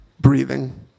breathing